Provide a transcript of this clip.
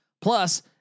Plus